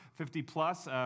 50-plus